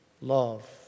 love